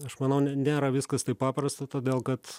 aš manau ne nėra viskas taip paprasta todėl kad